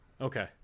Okay